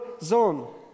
zone